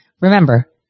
Remember